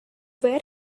where